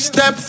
Step